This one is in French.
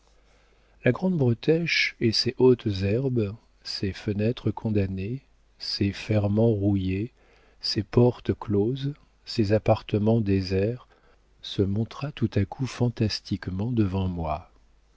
la grande bretèche et ses hautes herbes ses fenêtres condamnées ses ferrements rouillés ses portes closes ses appartements déserts se montra tout à coup fantastiquement devant moi